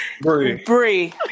Bree